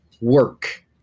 work